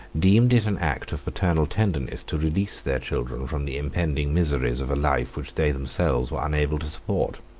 deemed it an act of paternal tenderness to release their children from the impending miseries of a life which they themselves were unable to support.